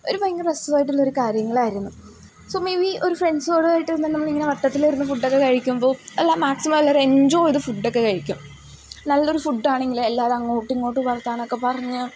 ഒരു ഭയങ്കര രസമായിട്ടുള്ളൊരു കാര്യങ്ങളായിരുന്നു സോ മേ ബി ഒരു ഫ്രണ്ട്സുമായിട്ട് നമ്മൾ ഇങ്ങനെ വട്ടത്തിലിരുന്ന് ഫുഡൊക്കെ കഴിക്കുമ്പോൾ എല്ലാം മാക്സിമം എല്ലാവരും എഞ്ചോയ് ചെയ്ത് ഫുഡൊക്കെ കഴിക്കും നല്ലൊരു ഫുഡാണെങ്കിൽ എല്ലാവരും അങ്ങോട്ടും ഇങ്ങോട്ടും വർത്തമാനമൊക്ക പറഞ്ഞ്